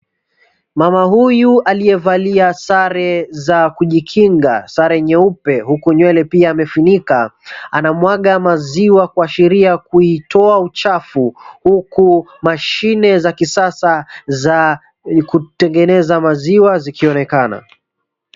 Mama huyu aliyevalia sare za kujikinga, sare nyeupe huku nywele akiwa amefinika anamwaga maziwa kuashiria kuitoa uchafu huku mashine za kisasa za kutengeneza maziwa zikionekana.